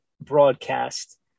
broadcast